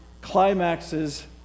climaxes